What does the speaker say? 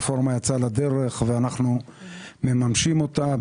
הרפורמה יצאה לדרך ואנחנו מממשים אותה.